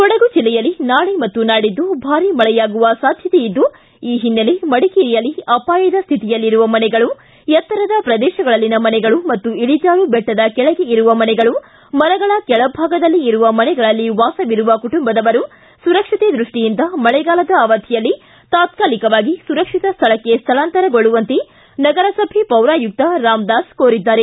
ಕೊಡಗು ಜಿಲ್ಲೆಯಲ್ಲಿ ನಾಳೆ ಮತ್ತು ನಾಡಿದ್ದು ಭಾರಿ ಮಳೆಯಾಗುವ ಸಾಧ್ಯತೆ ಇದ್ದು ಈ ಹಿನ್ನೆಲೆ ಮಡಿಕೇರಿಯಲ್ಲಿ ಅಪಾಯದ ಶ್ಮಿತಿಯಲ್ಲಿರುವ ಮನೆಗಳು ಎತ್ತರದ ಪ್ರದೇಶಗಳಲ್ಲಿ ಮನೆಗಳು ಮತ್ತು ಇಳಿಜಾರು ಬೆಟ್ಟದ ಕೆಳಗೆ ಇರುವ ಮನೆಗಳು ಮರಗಳ ಕೆಳಭಾಗದಲ್ಲಿ ಇರುವ ಮನೆಗಳಲ್ಲಿ ವಾಸವಿರುವ ಕುಟುಂಬದವರು ಸುರಕ್ಷತೆ ದೃಷ್ಟಿಯಿಂದ ಮಳೆಗಾಲದ ಅವಧಿಯಲ್ಲಿ ತಾತ್ಕಾಲಿಕವಾಗಿ ಸುರಕ್ಷಿತ ಸ್ಥಳಕ್ಕೆ ಸ್ಥಳಾಂತರಗೊಳ್ಳುವಂತೆ ನಗರಸಭೆ ಪೌರಾಯುಕ್ತ ರಾಮದಾಸ ಕೋರಿದ್ದಾರೆ